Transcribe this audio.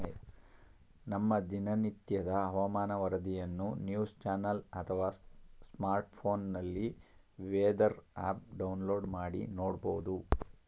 ನಮ್ಮ ದಿನನಿತ್ಯದ ಹವಾಮಾನ ವರದಿಯನ್ನು ನ್ಯೂಸ್ ಚಾನೆಲ್ ಅಥವಾ ಸ್ಮಾರ್ಟ್ಫೋನ್ನಲ್ಲಿ ವೆದರ್ ಆಪ್ ಡೌನ್ಲೋಡ್ ಮಾಡಿ ನೋಡ್ಬೋದು